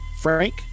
Frank